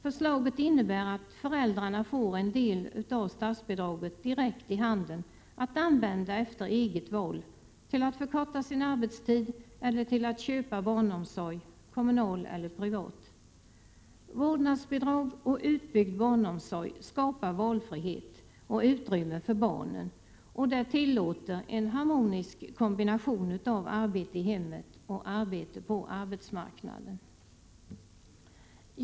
Förslaget innebär att föräldrarna får en del av statsbidraget direkt i handen att använda efter eget val — till att förkorta sin arbetstid eller till att köpa barnomsorg, kommunal eller privat. Vårdnadsbidrag och utbyggd barnomsorg skapar valfrihet och utrymme för barnen, och det tillåter en harmonisk kombination av arbete i hemmet och arbete på arbetsmarknaden.